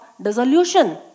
dissolution